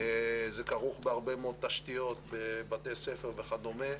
זה כרוך בהרבה מאוד תשתיות, בתי ספר וכדומה.